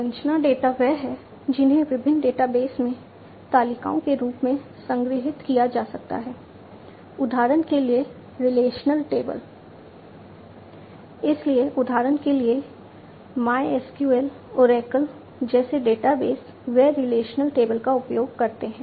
संरचना डेटा वे हैं जिन्हें विभिन्न डेटाबेस में तालिकाओं के रूप में संग्रहीत किया जा सकता है उदाहरण के लिए रिलेशनल टेबल का उपयोग करते हैं